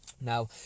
now